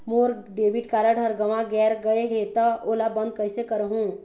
मोर debit card हर गंवा गैर गए हे त ओला बंद कइसे करहूं?